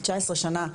19 שנה,